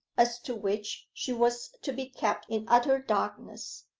as to which she was to be kept in utter darkness.